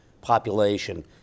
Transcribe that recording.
population